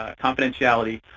ah confidentiality,